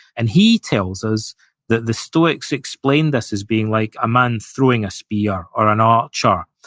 and he tells us that the stoics explain this as being like a man throwing a spear, or an archer.